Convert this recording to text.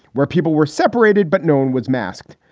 where people were separated but known was masked.